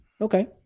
Okay